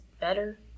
better